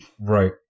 Right